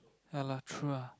ya lah true ah